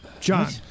John